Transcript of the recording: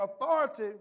Authority